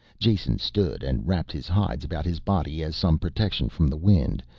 jason stood and wrapped his hides about his body as some protection from the wind,